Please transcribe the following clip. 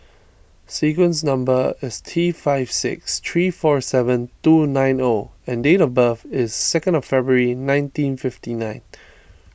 sequence number is T five six three four seven two nine O and date of birth is second of February nineteen fifty nine